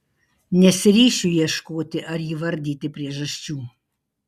nesiryšiu ieškoti ar įvardyti priežasčių